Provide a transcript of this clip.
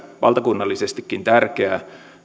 valtakunnallisestikin tärkeää